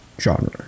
genre